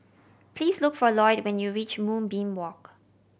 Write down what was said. please look for Lloyd when you reach Moonbeam Walk